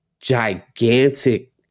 gigantic